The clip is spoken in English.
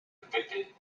convicted